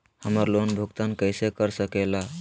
हम्मर लोन भुगतान कैसे कर सके ला?